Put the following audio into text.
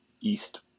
East